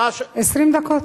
20 דקות?